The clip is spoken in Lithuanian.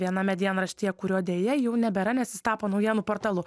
viename dienraštyje kurio deja jau nebėra nes jis tapo naujienų portalu